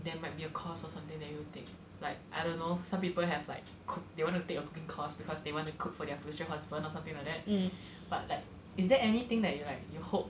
there might be a course or something that you take like I don't know some people have like could they want to take a cooking course because they want to cook for their future husband or something like that but like is there anything that like you hope